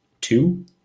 two